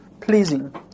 pleasing